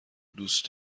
دوست